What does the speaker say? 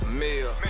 meal